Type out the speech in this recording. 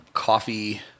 Coffee